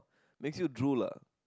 makes you drool lah